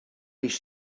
mis